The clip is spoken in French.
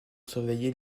surveiller